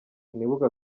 sinibuka